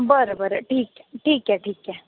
बरं बरं ठीक आहे ठीक आहे ठीक आहे